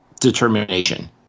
determination